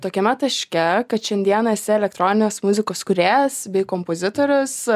tokiame taške kad šiandieną esi elektroninės muzikos kūrėjas bei kompozitorius